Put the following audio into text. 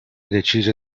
decise